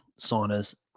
saunas